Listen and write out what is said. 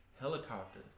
helicopter